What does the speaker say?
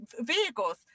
vehicles